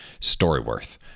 StoryWorth